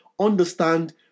understand